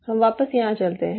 हम वापस यहाँ चलते हैं